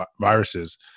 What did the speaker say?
viruses